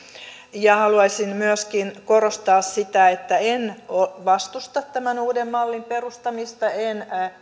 haluaisin myöskin korostaa sitä että en vastusta tämän uuden mallin perustamista en